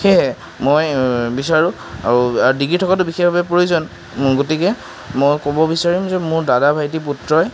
সেয়েহে মই বিচাৰোঁ আৰু ডিগ্ৰী থকাটো বিশেষভাৱে প্ৰয়োজন গতিকে মই ক'ব বিচাৰিম যে মোৰ দাদা ভাইটি পুত্ৰই